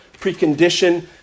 precondition